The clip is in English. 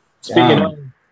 Speaking